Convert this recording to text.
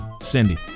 Cindy